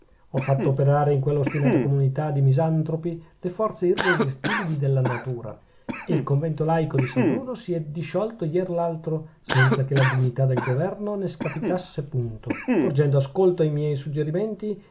ho fatto operare in quella ostinata comunità di misantropi le forze irresistibili della natura e il convento laico di san bruno si è disciolto ier l'altro senza che la dignità del governo ne scapitasse punto porgendo ascolto ai miei suggerimenti